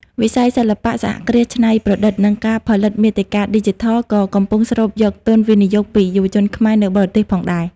វិស័យសិល្បៈ សហគ្រាសច្នៃប្រឌិត និងការផលិតមាតិកាឌីជីថល ក៏កំពុងស្រូបយកទុនវិនិយោគពីយុវជនខ្មែរនៅបរទេសផងដែរ។